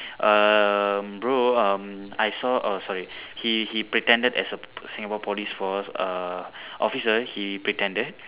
um bro um I saw oh sorry he he pretended as a Singapore police force uh officer he pretended